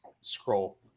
scroll